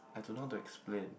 I don't know how to explain